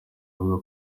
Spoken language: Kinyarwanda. avuga